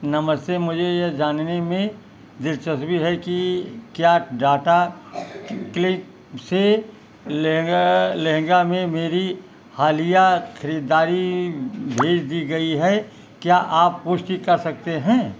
नमस्ते मुझे यह जानने में दिलचस्पी है कि क्या टाटा क्लिक से लहंगा लहंगा में मेरी हालिया ख़रीदारी भेज दी गई है क्या आप पुष्टि कर सकते हैं